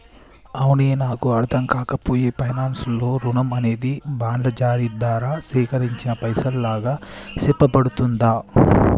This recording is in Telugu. అవునే నాకు అర్ధంకాక పాయె పైనాన్స్ లో రుణం అనేది బాండ్ల జారీ దారా సేకరించిన పైసలుగా సెప్పబడుతుందా